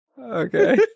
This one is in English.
Okay